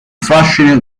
fascino